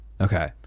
Okay